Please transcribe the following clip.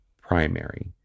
primary